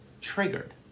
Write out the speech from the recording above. triggered